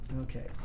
Okay